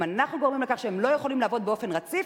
אם אנחנו גורמים לכך שהם לא יכולים לעבוד באופן רציף,